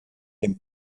dem